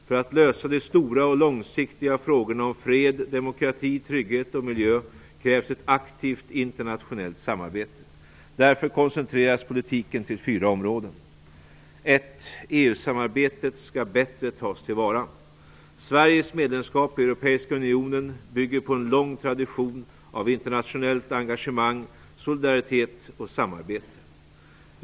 För att lösa de stora och långsiktiga frågorna om fred, demokrati, trygghet och miljö krävs ett aktivt internationellt samarbete. Därför koncentreras politiken till fyra områden. 1. EU-samarbetet skall bättre tas till vara. Sveriges medlemskap i Europeiska unionen bygger på en lång tradition av internationellt engagemang, solidaritet och samarbete.